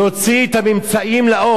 ומי שהוא לא פליט,